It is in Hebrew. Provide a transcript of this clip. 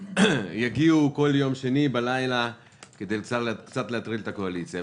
יגיעו בכל יום שני בלילה כדי להטריד קצת את הקואליציה.